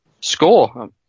score